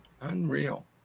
Unreal